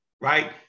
right